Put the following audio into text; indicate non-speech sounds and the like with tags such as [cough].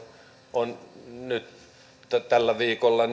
on nyt sitten tällä viikolla [unintelligible]